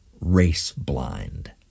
race-blind